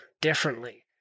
differently